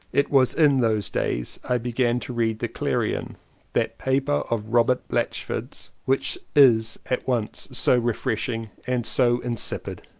it was in those days i began to read the clarion that paper of robert blatch ford's which is at once so refreshing and so insipid.